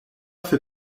fait